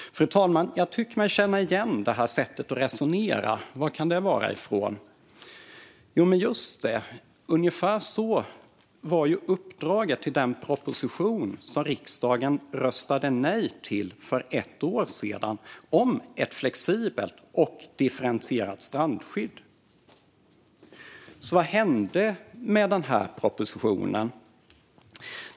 Fru talman! Jag tycker mig känna igen det sättet att resonera. Varifrån kan det komma? Just det! Ungefär så var uppdraget till den proposition som riksdagen röstade nej till för ett år sedan om ett flexibelt och differentierat strandskydd. Vad hände med propositionen?